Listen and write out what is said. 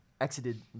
exited